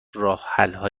راهحلها